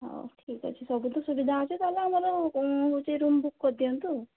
ହଉ ଠିକ୍ ଅଛି ସବୁ ତ ସୁବିଧା ଅଛି ତାହେଲେ ଆମର ହେଉଛି ରୁମ୍ ବୁକ୍ କରି ଦିଅନ୍ତୁ